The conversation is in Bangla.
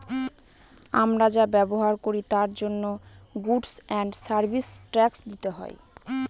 আমরা যা ব্যবহার করি তার জন্য গুডস এন্ড সার্ভিস ট্যাক্স দিতে হয়